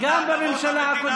אתה בעד להחזיר?